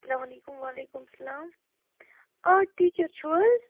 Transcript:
اَسلامُ علیکُم وعلیکُم سلام